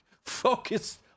focus